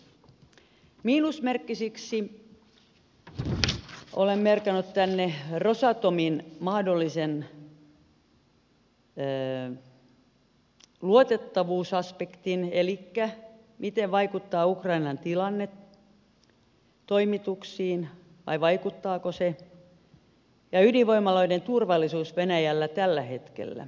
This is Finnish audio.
miinusmerkkiseksi olen merkannut tänne rosatomin mahdollisen luotettavuusaspektin elikkä miten vaikuttaa ukrainan tilanne toimituksiin vai vaikuttaako se ja ydinvoimaloiden turvallisuuden venäjällä tällä hetkellä